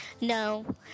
No